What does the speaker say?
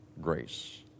grace